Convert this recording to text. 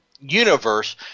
universe